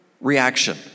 reaction